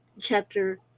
chapter